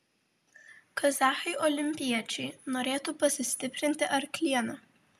kazachai olimpiečiai norėtų pasistiprinti arkliena